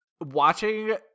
Watching